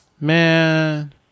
Man